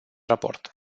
raport